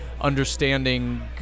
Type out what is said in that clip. understanding